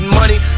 money